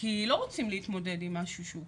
כי לא רוצים להתמודד עם משהו שהוא קשה,